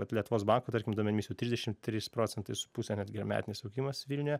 vat lietuvos bako tarkim duomenimis jau trisdešimt trys procentai su puse netgi yra metinis augimas vilniuje